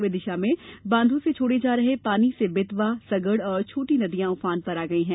विदिशा में बांधों से छोड़े जा रहे पानी से बेतवा सगड़ और छोटी नदियां उफान पर आ गई हैं